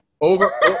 Over